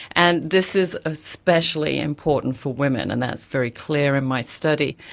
and this is especially important for women, and that's very clear in my study.